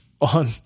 on